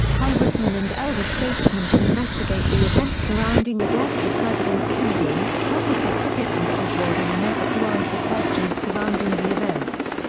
congressmen and elder statesmen to investigate the events surrounding the deaths of president kennedy, officer tippit and oswald in an effort to answer questions surrounding the events.